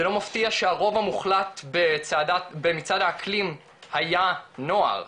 זה לא מפתיע שהרוב המוחלט במצעד האקלים היה נוער,